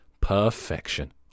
perfection